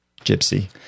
gypsy